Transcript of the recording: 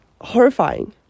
horrifying